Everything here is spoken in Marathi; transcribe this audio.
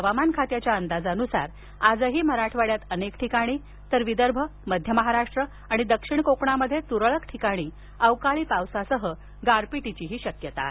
हवामान खात्याच्या अंदाजानुसार आजही मराठवाड्यात अनेक ठिकाणी तर विदर्भ मध्य महाराष्ट्र आणि दक्षिण कोकणात तुरळक ठिकाणी अवकाळी पावसासह गारपिटीची शक्यता आहे